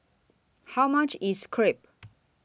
How much IS Crepe